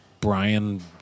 Brian